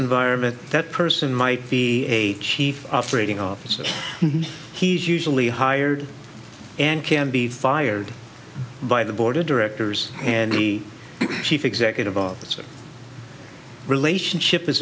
environment that person might be a chief operating officer and he's usually hired and can be fired by the board of directors and the chief executive officer relationship is